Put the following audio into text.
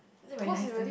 is it very nice the